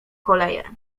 koleje